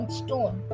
stone